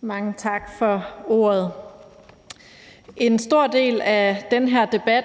Mange tak for ordet. En stor del af den her debat